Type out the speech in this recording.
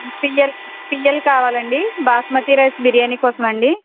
పిలౌ పిలౌ కావాలండి బాస్మతి రైస్ బిర్యానీ కోసమండి